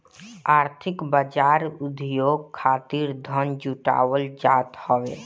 आर्थिक बाजार उद्योग खातिर धन जुटावल जात हवे